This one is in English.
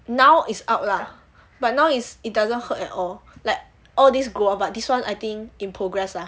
now is out lah but now is it doesn't hurt at all like all these grow out this [one] I think in progress lah